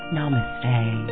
Namaste